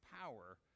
power